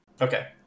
okay